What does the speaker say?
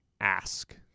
ask